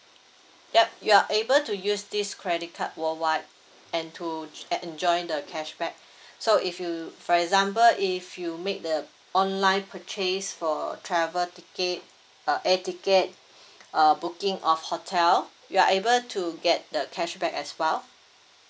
yup you are able to use this credit card worldwide and to enjoy the cashback so if you for example if you make the online purchase for travel ticket uh air ticket uh booking of hotel you are able to get the cashback as well